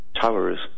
towers